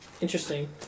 interesting